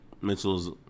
Mitchell's